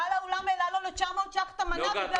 בעל האולם העלה לו ל-900 ש"ח את מחיר המנה.